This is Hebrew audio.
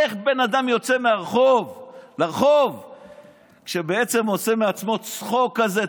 איך בן אדם יוצא לרחוב ובעצם עושה מעצמו צחוק כזה,